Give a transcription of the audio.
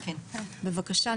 בבקשה.